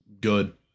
good